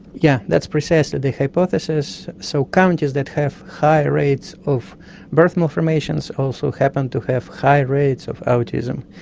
yeah that's precisely the hypothesis. so counties that have higher rates of birth malformations also happen to have higher rates of autism.